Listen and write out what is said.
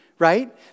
right